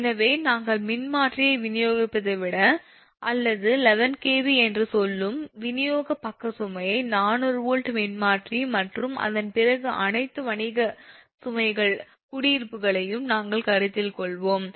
எனவே நாங்கள் மின்மாற்றியை விநியோகிப்பதை விட அல்லது 11 𝑘𝑉 என்று சொல்லும் விநியோக பக்க சுமையை 400 வோல்ட் மின்மாற்றி மற்றும் அதன் பிறகு அனைத்து வணிகச் சுமைகள் குடியிருப்புகளையும் நாங்கள் கருத்தில் கொள்வோம்